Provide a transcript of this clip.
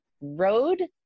Road